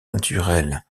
naturel